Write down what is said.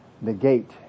negate